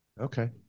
Okay